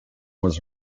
was